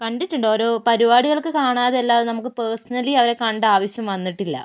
കണ്ടിട്ടുണ്ട് ഓരോ പരിപാടികൾക്ക് കാണാതെ അല്ലാതെ നമുക്ക് പേർസണലി അവരെ കാണേണ്ട ആവശ്യം വന്നിട്ടില്ല